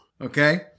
Okay